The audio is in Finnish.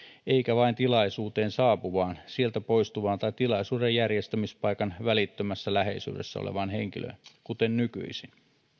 eikä vain tilaisuuteen saapuvaan sieltä poistuvaan tai tilaisuuden järjestämispaikan välittömässä läheisyydessä olevaan henkilöön kuten nykyisin